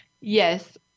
yes